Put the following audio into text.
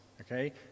okay